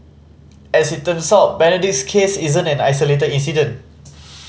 as it turns out Benedict's case isn't an isolated incident